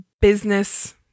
business